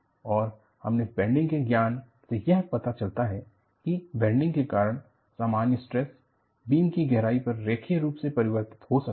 और आपके बैंडिंग के ज्ञान से यह पता चलता है कि बैंडिंग के कारण सामान्य स्ट्रेस बीम की गहराई पर रैखिक रूप से परिवर्तित हो सकता है